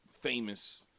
famous